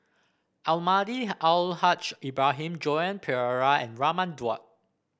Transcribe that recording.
Almahdi Al Haj Ibrahim Joan Pereira and Raman Daud